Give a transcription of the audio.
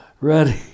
ready